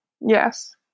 Yes